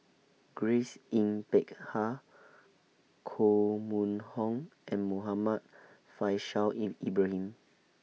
Grace Yin Peck Ha Koh Mun Hong and Muhammad Faishal in Ibrahim